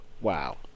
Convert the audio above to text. Wow